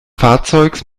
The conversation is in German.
fahrzeugs